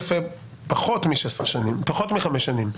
זאת אומרת שזה יהיה פחות מחמש שנים.